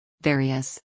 Various